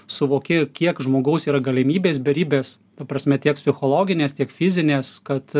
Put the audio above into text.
suvoki kiek žmogaus yra galimybės beribės ta prasme tiek psichologinės tiek fizinės kad